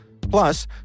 Plus